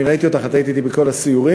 אני ראיתי אותך, את היית אתי בכל הסיורים.